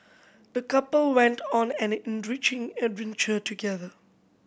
the couple went on an enriching adventure together